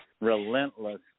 relentless